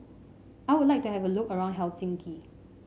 I would like to have a look around Helsinki